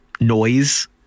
noise